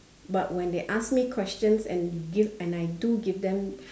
but when they ask me questions and give and I too give them